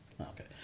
okay